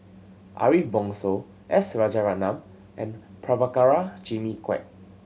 Ariff Bongso S Rajaratnam and Prabhakara Jimmy Quek